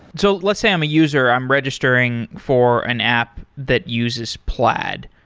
so let's say i'm a user. i'm registering for an app that uses plaid,